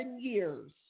years